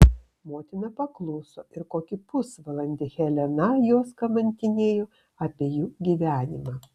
motina pakluso ir kokį pusvalandį helena juos kamantinėjo apie jų gyvenimą